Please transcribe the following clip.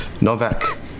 Novak